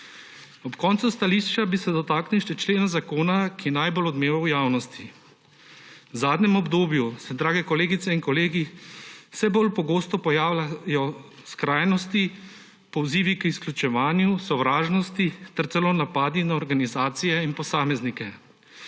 Ob koncu stališča bi se dotaknil še člena zakona, ki najbolj odmeva v javnosti. V zadnjem obdobju se, dragi kolegice in kolegi, vse bolj pogosto pojavljajo skrajnosti, pozivi k izključevanju, sovražnosti ter celo napadi na organizacije in posameznike.